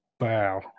Wow